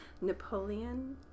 Napoleon